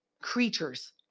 creatures